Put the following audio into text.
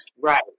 Right